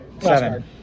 Seven